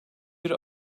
bir